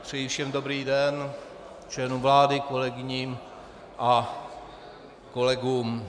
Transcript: Přeji všem dobrý den, členům vlády, kolegyním a kolegům.